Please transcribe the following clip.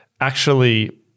actually-